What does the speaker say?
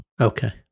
Okay